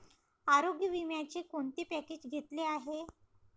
आरोग्य विम्याचे कोणते पॅकेज घेतले आहे?